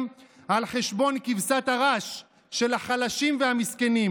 על חשבון כבשת הרש של החלשים והמסכנים.